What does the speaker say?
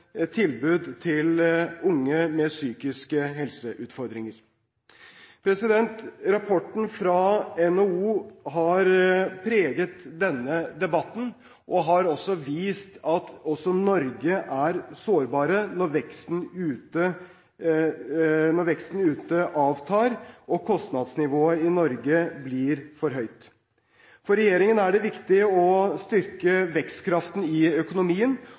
tilbud til unge med psykiske helseutfordringer. Rapporten fra NHO har preget denne debatten og har vist at også vi i Norge er sårbare når veksten ute avtar, og kostnadsnivået i Norge blir for høyt. For regjeringen er det viktig å styrke vekstkraften i økonomien